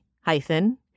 hyphen